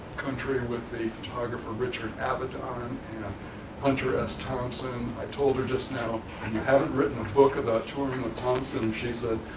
country with the photographer richard avedon and hunter s. thompson. i told her just now, and you haven't written a book about touring with thompson. and she said,